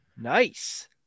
nice